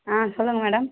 ஆ சொல்லுங்க மேடம்